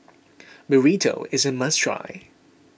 Burrito is a must try